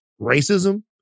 racism